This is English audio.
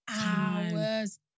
hours